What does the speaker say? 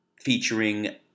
featuring